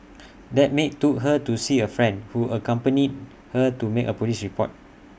that maid took her to see A friend who accompanied her to make A Police report